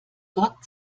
gott